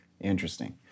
Interesting